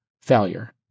failure